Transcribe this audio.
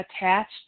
attached